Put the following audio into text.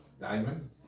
diamond